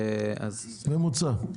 ממוצע?